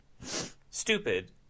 Stupid